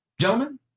gentlemen